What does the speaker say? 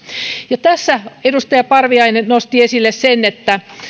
ja tässä edustaja parviainen nosti esille sen